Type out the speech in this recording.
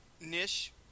Nish